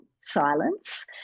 silence